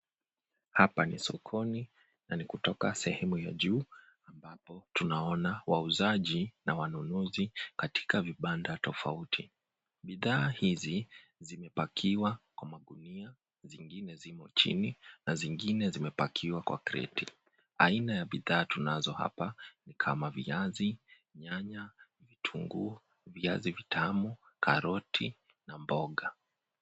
Hapa ni sokoni na ni kuta sehemuya juu ambapo tunaona wauzaji na wanunuzi katika vibanda tofauti. Bidhaa hizi zimepakiwa kwa magunia zingine zimo chini na zingine zimepakiwa kwa kreti. Aina ya bidhaa tunazo hapa ni kama viazi, nyanya, vitunguu, viazi vitamu, karoti na mboga.